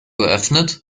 geöffnet